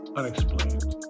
unexplained